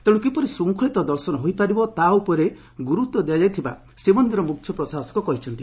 ତେଣୁ କିଭଳି ଶୃଙ୍ଖଳିତ ଦର୍ଶନ ହୋଇପାରିବ ତା' ଉପରେ ଗୁର୍ତ୍ୱ ଦିଆଯାଇଥିବା ଶ୍ରୀମନ୍ଦିର ମୁଖ୍ୟ ପ୍ରଶାସକ କହିଛନ୍ତି